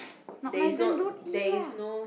not nice then don't eat lah